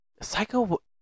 Psycho